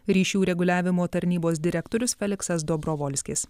ryšių reguliavimo tarnybos direktorius feliksas dobrovolskis